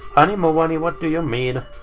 animowany, what do you mean?